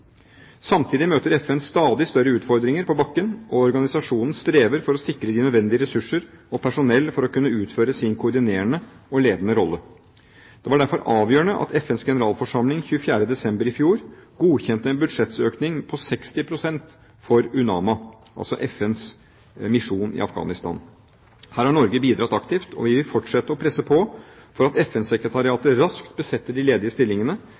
Samtidig møter FN stadig større utfordringer på bakken, og organisasjonen strever for å sikre de nødvendige ressurser og personell for å kunne utføre sin koordinerende og ledende rolle. Det var derfor avgjørende at FNs generalforsamling 24. desember i fjor godkjente en budsjettøkning på 60 pst. for UNAMA – altså FNs misjon i Afghanistan. Her har Norge bidratt aktivt, og vi vil fortsette å presse på for at FN-sekretariatet raskt besetter de ledige stillingene,